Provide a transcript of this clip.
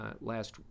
last